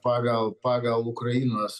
pagal pagal ukrainos